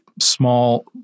small